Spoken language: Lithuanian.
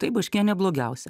taip baškienė blogiausia